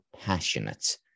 passionate